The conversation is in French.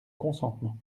consentement